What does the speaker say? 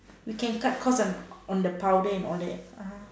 we can cut cost on on the powder and all that ah